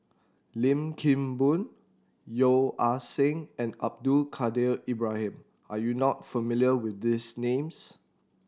Lim Kim Boon Yeo Ah Seng and Abdul Kadir Ibrahim are you not familiar with these names